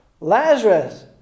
Lazarus